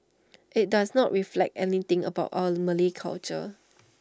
IT does not reflect anything about our Malay culture